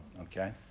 okay